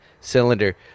cylinder